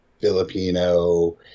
Filipino